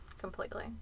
Completely